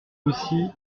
aussi